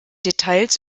details